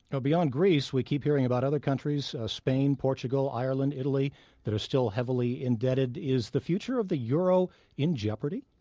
beyond greece, we keep hearing about other countries spain, portugal, ireland, italy that are still heavily indebted. is the future of the euro in jeopardy?